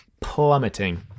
Plummeting